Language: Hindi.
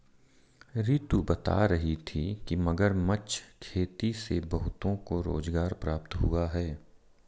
रितु बता रही थी कि मगरमच्छ खेती से बहुतों को रोजगार प्राप्त हुआ है